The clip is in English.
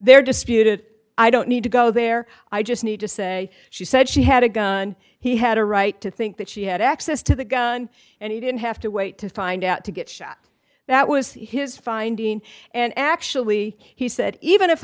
there disputed i don't need to go there i just need to say she said she had a gun he had a right to think that she had access to the gun and he didn't have to wait to find out to get shot that was his finding and actually he said even if